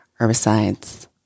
herbicides